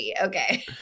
Okay